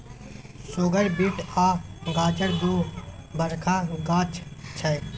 सुगर beet आ गाजर दु बरखा गाछ छै